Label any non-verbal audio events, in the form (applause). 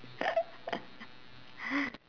(laughs)